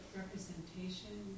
representation